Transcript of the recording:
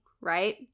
right